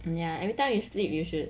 ya everytime you sleep you should